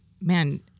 Man